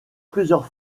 plusieurs